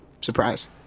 Surprise